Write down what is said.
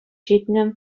ҫитнӗ